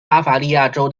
巴伐利亚州